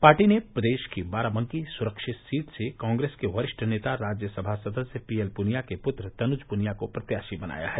party ने प्रदेश की बाराबंकी सुरक्षित सीट से कांग्रेस के वरिष्ठ नेता राज्य सभा सदस्य पीएलपुनिया के पुत्र तनुज पुनिया को प्रत्याशी बनाया है